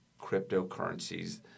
cryptocurrencies